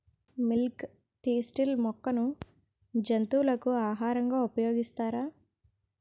Milk thistle మొక్కను జంతువులకు ఆహారంగా ఉపయోగిస్తారా?